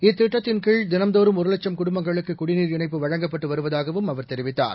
இத்திட்டத்தின் கீழ் தினந்தோறும் ஒரு லட்சம் குடும்பங்களுக்கு குடிநீர் இணைப்பு வழங்கப்பட்டு வருவதாகவும் அவர் தெரிவித்தார்